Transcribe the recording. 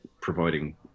providing